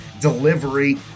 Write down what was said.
Delivery